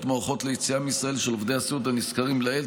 מוארכות ליציאה מישראל של עובדי הסיעוד הזרים הנזכרים לעיל,